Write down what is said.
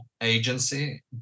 agency